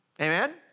Amen